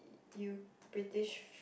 you British f~